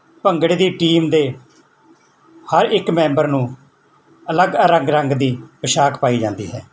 ਭੰਗੜੇ ਦੀ ਟੀਮ ਦੇ ਹਰ ਇੱਕ ਮੈਂਬਰ ਨੂੰ ਅਲੱਗ ਅਲੱਗ ਦੀ ਪੋਸ਼ਾਕ ਪਾਈ ਜਾਂਦੀ ਹੈ